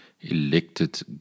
elected